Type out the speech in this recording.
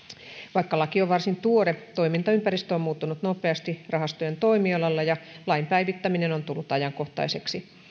vaikka laki on varsin tuore toimintaympäristö on muuttunut nopeasti rahastojen toimialalla ja lain päivittäminen on tullut ajankohtaiseksi